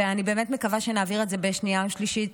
אני באמת מקווה שנעביר את זה בשנייה ובשלישית,